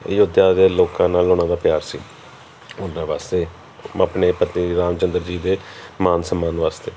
ਅਯੋਧਿਆ ਦੇ ਲੋਕਾਂ ਨਾਲ ਉਹਨਾਂ ਦਾ ਪਿਆਰ ਸੀ ਉਹਨਾਂ ਵਾਸਤੇ ਆਪਣੇ ਪਤੀ ਰਾਮ ਚੰਦਰ ਜੀ ਦੇ ਮਾਨ ਸਨਮਾਨ ਵਾਸਤੇ